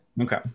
Okay